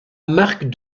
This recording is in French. marc